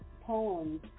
poems